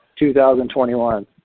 2021